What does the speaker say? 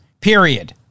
Period